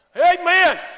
Amen